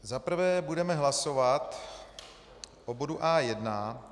Za prvé budeme hlasovat o bodu A1.